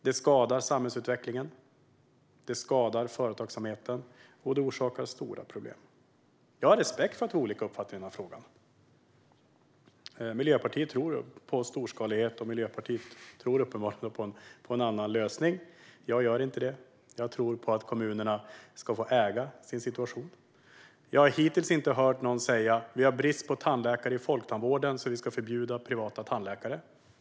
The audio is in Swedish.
Detta skadar samhällsutvecklingen och företagsamheten, och det orsakar stora problem. Jag har respekt för att vi har olika uppfattningar i frågan. Miljöpartiet tror på storskalighet och tror uppenbart på en annan lösning. Det gör inte jag. Jag tror på att kommunerna ska få äga sin situation. Hittills har jag inte hört någon säga "vi har brist på tandläkare inom Folktandvården, så därför ska vi förbjuda privata tandläkare".